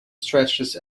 stretches